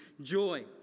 Joy